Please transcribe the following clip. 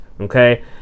okay